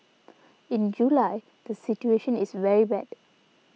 in July the situation is very bad